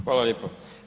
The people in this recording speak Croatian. Hvala lijepo.